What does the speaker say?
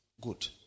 Good